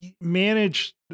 manage